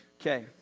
okay